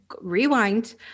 rewind